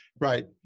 right